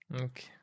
Okay